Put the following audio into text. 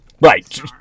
Right